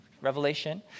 Revelation